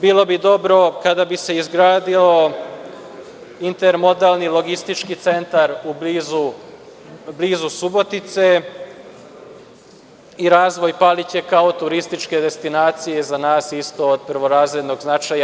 Bilo bi dobro kada bi se izgradio intermodalni logistički centar blizu Subotice i razvoj Palića kao turističke destinacije je za nas od prvorazrednog značaja.